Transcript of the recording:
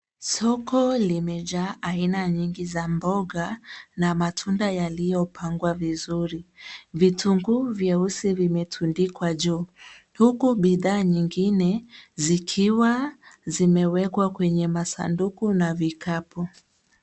Soko limejaa aina nyingi za mboga na matunda yaliyopangwa vizuri. Vitunguu vyeusi vimetundikwa juu huku bidhaa nyingine zikiwa zimewekwa kwenye masanduku na vikapu.